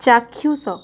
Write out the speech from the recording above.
ଚାକ୍ଷୁଷ